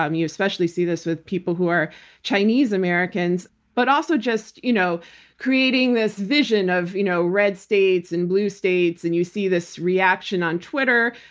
um you especially see this with people who are chinese americans, but also just you know creating this vision of you know red states and blue states and you see this reaction on twitter.